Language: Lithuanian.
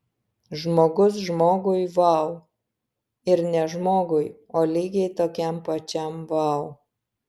žmogus žmogui vau ir ne žmogui o lygiai tokiam pačiam vau